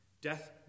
Death